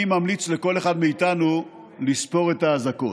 אני ממליץ לכל אחד מאיתנו לספור את האזעקות,